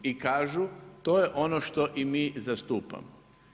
I kažu, to je ono što i mi zastupamo.